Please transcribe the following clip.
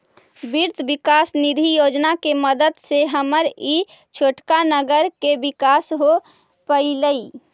वित्त विकास निधि योजना के मदद से हमर ई छोटका नगर के विकास हो पयलई